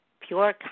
pure